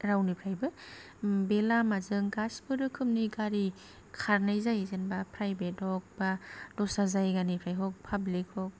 रावनिफ्रायबो बे लामाजों गासिबो रोखोमनि गारि खारनाय जायो जेन'बा प्राइभेट हक बा दस्रा जायगानिफ्राय हक पाब्लिक हक